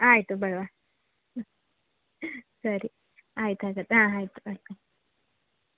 ಆಯಿತು ಬರುವ ಹ್ಞೂ ಸರಿ ಆಯ್ತು ಆಯ್ತು ಹಾಂ ಆಯಿತು ಆಯಿತು